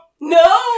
No